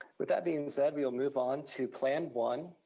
with that being said, we'll move on to plan one.